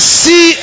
see